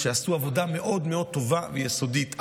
עשו עבודה מאוד מאוד טובה ויסודית,